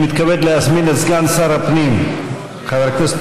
אני מתכבד להזמין את סגן שר הפנים חבר הכנסת